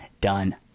done